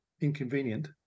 inconvenient